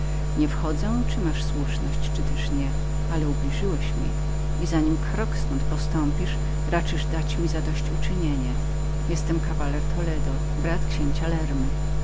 nie wchodzę czyli masz słuszność lub nie ale ubliżyłeś mi i za nim krok ztąd postąpisz raczysz dać mi zadość uczynienie jestem kawaler toledo syn księcia lerny